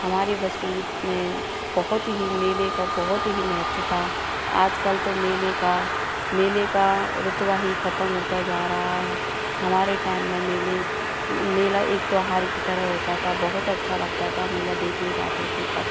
हमारे बचपन में बहुत ही मेले का बहुत ही महत्त्व था आजकल तो मेले का मेले का रुतबा ही खत्म होता जा रहा है हमारे टाइम में मेले मेला एक त्योहार की तरह होता था बहुत अच्छा लगता था मेला देखने जाते थे तब